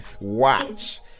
watch